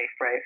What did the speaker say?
Right